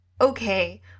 okay